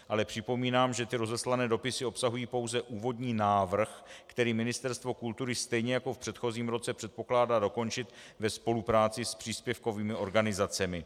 Ale připomínám, že rozeslané dopisy obsahují pouze úvodní návrh, který Ministerstvo kultury stejně jako v předchozím roce předpokládá dokončit ve spolupráci s příspěvkovými organizacemi.